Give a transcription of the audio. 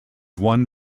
won